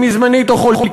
אם היא זמנית או חלקית.